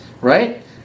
Right